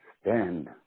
Stand